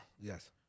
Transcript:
Yes